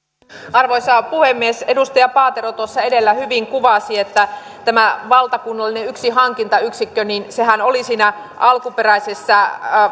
arvoisa puhemies edustaja paatero edellä hyvin kuvasi että tämä valtakunnallinen yksi hankintayksikköhän oli siinä alkuperäisessä